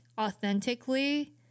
authentically